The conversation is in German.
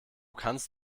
kannst